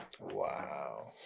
Wow